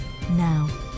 now